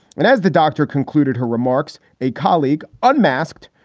and as the doctor concluded her remarks. a colleague unmasked,